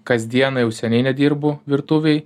kasdieną jau seniai nedirbu virtuvėj